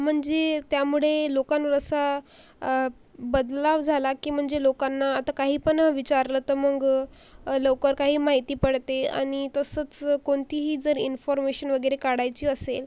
म्हणजे त्यामुळे लोकांवर असा बदलाव झाला की म्हणजे लोकांना आता काही पण विचारलं तर मग लवकर काही माहिती पडते आणि तसंच कोणतीही जर इन्फॉर्मेशन वगैरे काढायची असेल